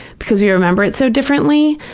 because we remember it so differently,